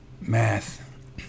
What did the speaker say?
math